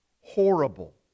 Horrible